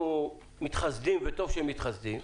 אנחנו מתחסדים, וטוב שמתחסדים,